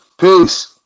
Peace